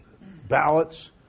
Ballots